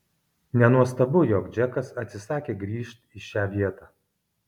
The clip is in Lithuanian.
nenuostabu jog džekas atsisakė grįžt į šią vietą